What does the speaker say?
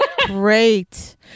Great